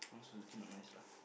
Suzuki not nice lah